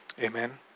Amen